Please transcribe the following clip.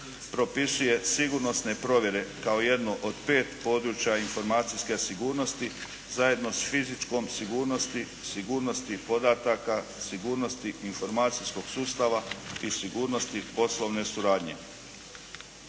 propisuje sigurnosne provjere kao jedno od pet područja informacijske sigurnosti zajedno s fizičkom sigurnosti, sigurnosti podataka, sigurnosti informacijskog sustava i sigurnosti poslovne suradnje.